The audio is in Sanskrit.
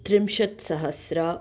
त्रिंशत्सहस्रम्